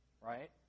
right